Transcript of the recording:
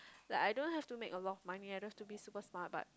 like I don't have to make a lot of money I don't have to be super smart but